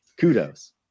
Kudos